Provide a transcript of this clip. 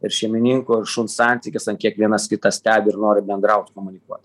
ir šeimininko ir šuns santykis ant kiek vienas kitą stebi ir nori bendraut komunikuot